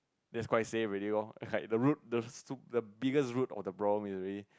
that's quite safe already lor like the root the soup the biggest root of problem is already